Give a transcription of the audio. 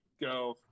go